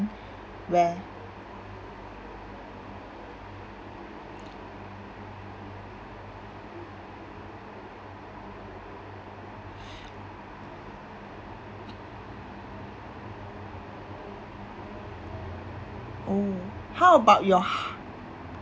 where oh how about your